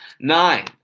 Nine